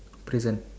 prison